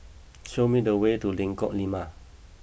show me the way to Lengkok Lima